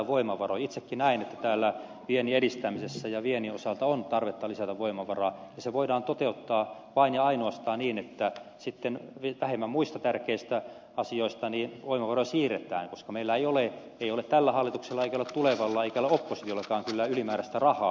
itsekin näen että viennin edistämisessä ja viennin osalta on tarvetta lisätä voimavaroja ja se voidaan toteuttaa vain ja ainoastaan niin että sitten muista vähemmän tärkeistä asioista voimavaroja siirretään koska meillä ei ole ei ole tällä hallituksella eikä ole tulevalla eikä ole oppositiollakaan kyllä ylimääräistä rahaa